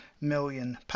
million